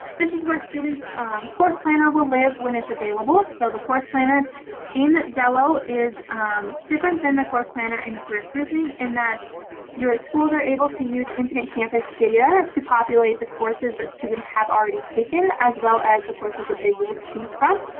this is where students course planner will live when it's available. so the course planner in xello is different than the course planner in career cruising in that your ah schools are able to use infinite campus data to populate the courses that students have already taken as well as the courses that they will choose from.